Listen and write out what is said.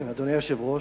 אדוני היושב-ראש,